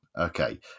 Okay